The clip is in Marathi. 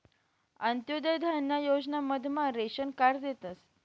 अंत्योदय धान्य योजना मधमा रेशन कार्ड देतस